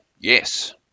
yes